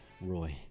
roy